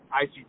IC